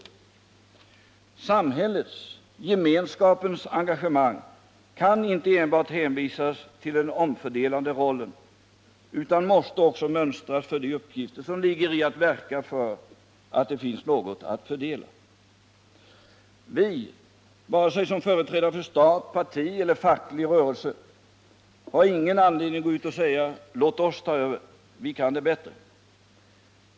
Samhällets, gemenskapens engagemang kan inte enbart hänvisas till den omfördelande rollen utan måste också mönstras för de uppgifter som ligger i att verka för att det finns något att fördela. Vi har, varken som företrädare för stat, parti eller facklig rörelse, anledning att gå ut och säga: Låt oss ta över, vi kan det bättre!